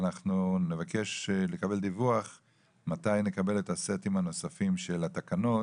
ואנחנו נבקש לקבל דיווח מתי נקבל את הסטים הנוספים של התקנות?